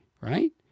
right